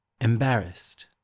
Embarrassed